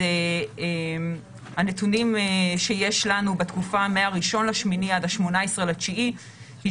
אז הנתונים שיש לנו בתקופה מה-1 באוגוסט עד ה-18 בספטמבר היא